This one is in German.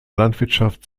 landwirtschaft